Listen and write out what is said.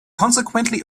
consequently